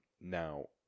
Now